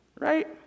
right